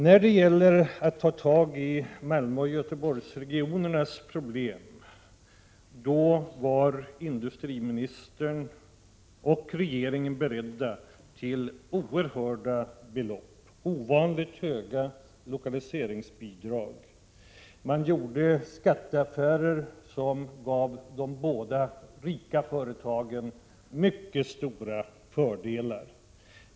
När det gällde att ta tag i Malmöoch Göteborgsregionernas problem var industriministern och regeringen beredda att satsa oerhörda belopp — ovanligt höga lokaliseringsbidrag. Man gjorde skatteaffärer som gav de båda rika företagen mycket stora fördelar.